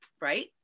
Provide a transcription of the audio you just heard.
Right